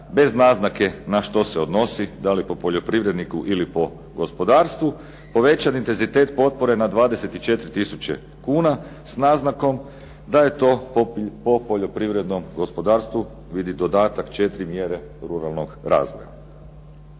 bez naznake na što se odnosi da li po poljoprivredniku ili po gospodarstvu povećan intenzitet potpore na 24 tisuće kuna, s naznakom da je to po poljoprivrednom gospodarstvu vidi dodatak četiri mjere ruralnog razvoja.